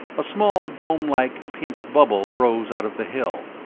a small domelike pink bubble rose out of the hill.